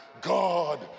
God